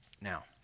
Now